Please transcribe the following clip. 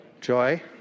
joy